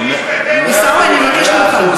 הוא לא ראוי להשתתף בדיון,